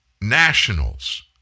nationals